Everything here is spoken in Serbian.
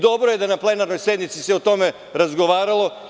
Dobro je da se na plenarnoj sednici o tome razgovaralo.